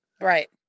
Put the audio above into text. right